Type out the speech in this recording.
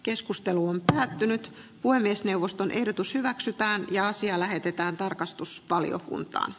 keskustelu on lähtenyt puhemiesneuvoston ehdotus hyväksytään ja asia lähetetään tarkastusvaliokuntaan